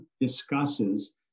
discusses